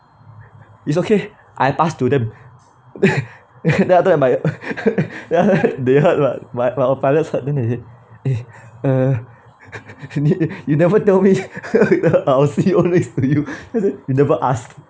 it's okay I pass to them then I look at my they heard [what] our pilots heard then he said said eh uh you never told me I'll see next to you then he say you never asked